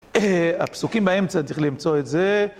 הפסוקים באמצע צריך למצוא את זה.